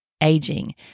aging